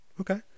okay